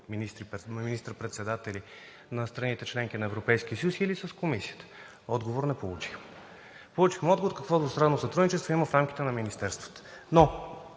министър-председатели на страните – членки на Европейския съюз, или с Комисията? Отговор не получихме. Получихме отговор какво двустранно сътрудничество има в рамките на министерствата.